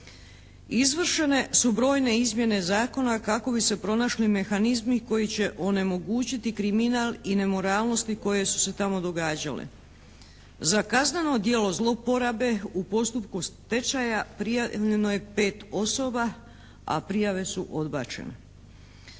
Izvršene su brojne izmjene zakona kako bi se pronašli mehanizmi koji će onemogućiti kriminal i nemoralnosti koje su se tamo događale. Za kazneno djelo zlouporabe u postupku stečaja prijavljeno je 5 osoba a prijave su odbačene.